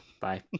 Bye